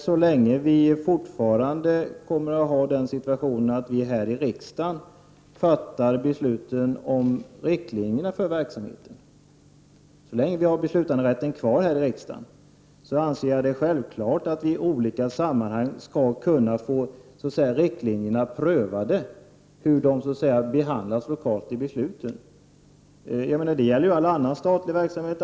Så länge vi fortfarande här i riksdagen fattar beslut om riktlinjerna för verksamheten — så länge vi har beslutanderätten kvar här i riksdagen — är det självklart, anser jag, att vi i olika sammanhang skall kunna få prövat hur riktlinjerna behandlas i besluten lokalt. Det gäller ju all annan statlig verksamhet.